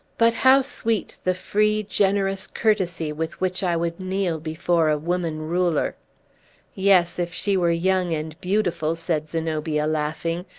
but how sweet the free, generous courtesy with which i would kneel before a woman-ruler! yes, if she were young and beautiful, said zenobia, laughing.